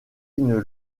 une